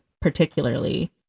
particularly